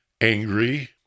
angry